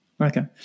Okay